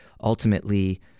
ultimately